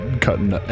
cutting